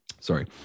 Sorry